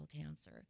cancer